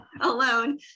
Alone